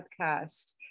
podcast